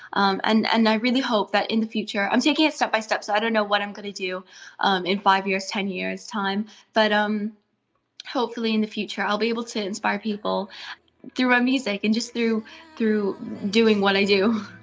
um and and i really hope, that in the future i'm taking it step by step, so i don't know what i'm going to do um in five years, ten years' time but um hopefully in the future i'll be able to inspire people through my music and just through through doing what i do